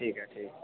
ठीक ऐ ठीक ऐ